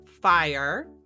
Fire